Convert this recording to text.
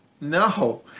No